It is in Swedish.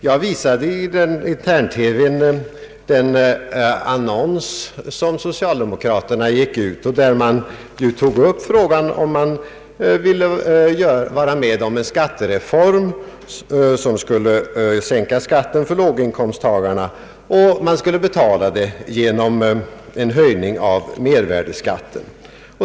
Jag visade i vår interna TV den annons i vilken socialdemokraterna tog upp frågan om människor ville vara med om en skattereform som skulle sänka skatten för låginkomsttagarna och som skulle betalas genom en höjning av mervärdeskatten.